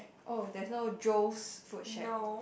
oh there's no Joe's food shack